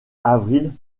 avril